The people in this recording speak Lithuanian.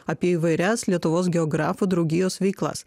apie įvairias lietuvos geografų draugijos veiklas